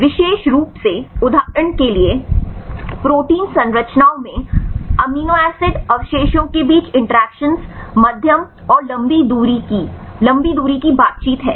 विशेष रूप से उदाहरण के लिए प्रोटीन संरचनाओं में अमीनो एसिड अवशेषों के बीच इंटरेक्शन्स मध्यम और लंबी दूरी की लंबी दूरी की बातचीत सही है